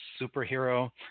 superhero